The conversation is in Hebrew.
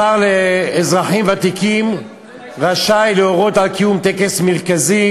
השר לאזרחים ותיקים רשאי להורות על קיום טקס מרכזי